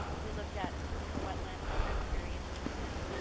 we looked at some wetland and riparian systems,